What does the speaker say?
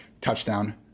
touchdown